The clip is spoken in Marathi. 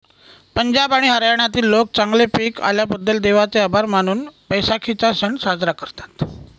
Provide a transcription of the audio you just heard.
पंजाब आणि हरियाणातील लोक चांगले पीक आल्याबद्दल देवाचे आभार मानून बैसाखीचा सण साजरा करतात